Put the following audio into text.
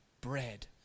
bread